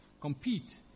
compete